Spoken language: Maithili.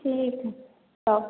ठीक हइ तब